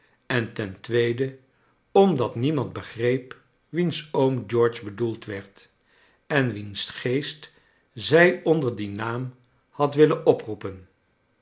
en ten tweede omdat niemand begreep wiens oom george bedoeld werd en wiens geest zij onder dien naam had willen oproepen